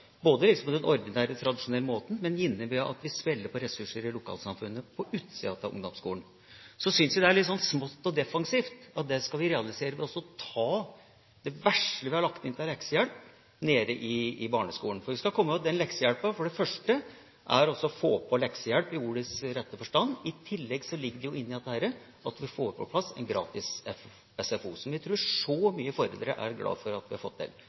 både på den ordinære, tradisjonelle måten, og gjerne også ved at vi spiller på lag med ressurser i lokalsamfunnet, på utsida av ungdomsskolen. Så syns jeg det er litt smått og defensivt at vi skal realisere dette ved å ta det vesle vi har lagt inn til leksehjelp i barneskolen. For vi skal komme i hug at den leksehjelpen for det første er å få på plass leksehjelp i ordets rette forstand. I tillegg ligger det jo inne i dette at vi får på plass gratis én time SFO, som jeg tror mange foreldre er glad for. Så la oss ha ambisjoner om å realisere begge deler. Vi